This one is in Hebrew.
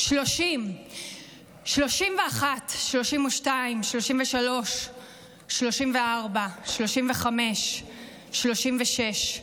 30, 31, 32, 33, 34, 35, 36,